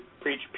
preach